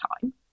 time